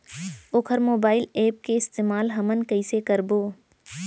वोकर mobile app के इस्तेमाल हमन कइसे करबो?